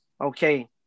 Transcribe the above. okay